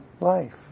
life